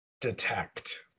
detect